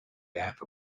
laugh